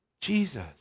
Jesus